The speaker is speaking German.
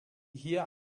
hier